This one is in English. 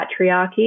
patriarchy